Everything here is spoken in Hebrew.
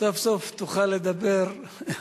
סוף-סוף תוכל לדבר.